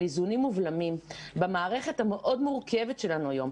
איזונים ובלמים במערכת המאוד מורכבת שלנו היום.